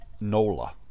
Nola